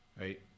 right